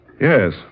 Yes